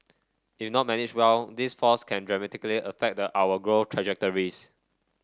if not managed well these forces can dramatically affect our growth trajectories